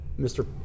Mr